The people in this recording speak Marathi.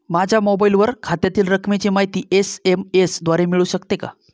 माझ्या मोबाईलवर खात्यातील रकमेची माहिती एस.एम.एस द्वारे मिळू शकते का?